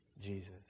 Jesus